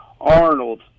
Arnold